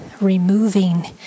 removing